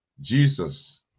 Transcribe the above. Jesus